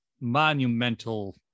monumental